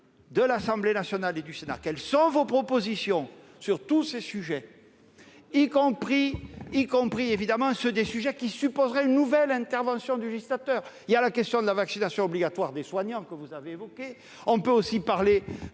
de l'Assemblée nationale et du Sénat pour savoir quelles sont leurs propositions sur tous ces sujets, y compris ceux qui supposeraient une nouvelle intervention du législateur. Il y a la question de la vaccination obligatoire des soignants, que vous avez évoquée ; on peut aussi parler